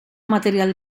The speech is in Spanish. material